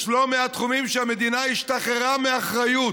יש לא מעט תחומים שבהם המדינה השתחררה מאחריות